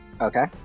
Okay